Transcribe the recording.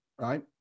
right